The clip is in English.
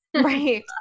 right